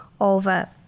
over